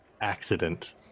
accident